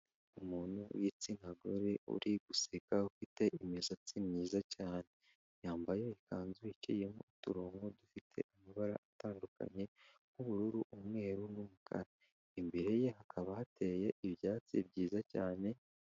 Umuntu w'igitsina gore uri guseka ufite imisatsi myiza cyane, yambaye ikanzu iciyemo uturongonko dufite amabara atandukanye nk'ubururu, umweru n'umukara, imbere ye hakaba hateye ibyatsi byiza cyane.